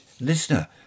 listener